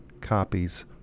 copies